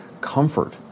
Comfort